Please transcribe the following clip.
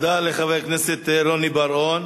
תודה לחבר הכנסת רוני בר-און.